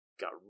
got